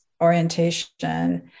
orientation